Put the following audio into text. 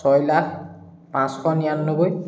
ছয় লাখ পাঁচশ নিৰান্নব্বৈ